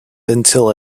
until